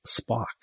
Spock